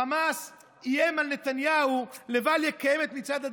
חמאס איים על נתניהו לבל יקיים את מצעד הדגלים.